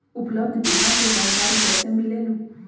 उपलब्ध बीमा के जानकारी कैसे मिलेलु?